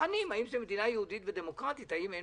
בוחנים האם זו מדינה יהודית ודמוקרטית, האם אין